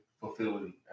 fulfilling